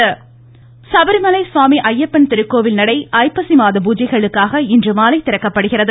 சுவாமி அய்யப்பன் சபரிமலை சுவாமி அய்யப்பன் திருக்கோவில் நடை ஐப்பசி மாத பூஜைகளுக்காக இன்றுமாலை திறக்கப்படுகிறது